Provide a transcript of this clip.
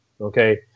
Okay